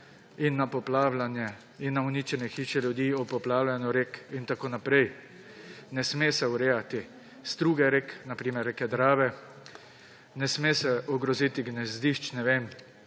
in na poplavljanje in na uničene hiše ljudi ob poplavljanju rek in tako naprej. Ne sme se urejati struge rek, na primer reke Drave; ne sme ogroziti gnezdišč čigre